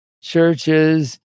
churches